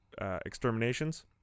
exterminations